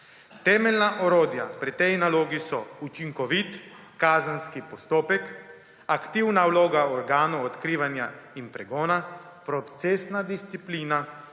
Temeljna orodja pri tej nalogi so: učinkovit kazenski postopek, aktivna vloga organov odkrivanja in pregona, procesna disciplina,